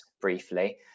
briefly